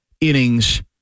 innings